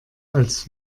als